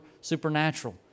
supernatural